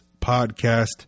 podcast